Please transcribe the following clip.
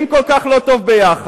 אם כל כך לא טוב ביחד,